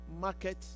market